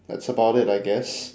that's about it I guess